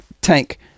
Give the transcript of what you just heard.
Tank